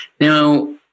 Now